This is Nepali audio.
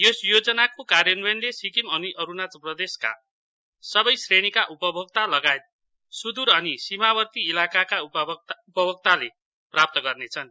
यस योजनाको कार्यान्वयनले सिक्किम अनि अरुणाचल प्रदेशका सबै श्रेणीका उपभोक्ता लगायत सुदूर अनि सीमावर्ती इलाकाका उपभोक्ताले प्राप्त गर्नेछन्